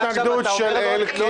אתה אומר לפרוטוקול שקרים.